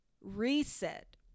reset